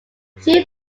two